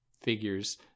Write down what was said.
figures